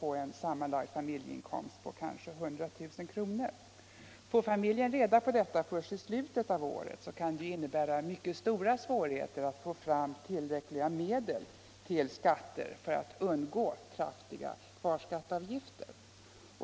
på en sammanlagd familjeinkomst om kanske 100 000 kr. Får familjen reda på detta först i slutet på året, kan det medföra mycket stora svårigheter att få fram tillräckliga medel till skatter för att undgå kraftiga kvarskatteavgifter.